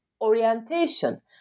orientation